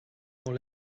dans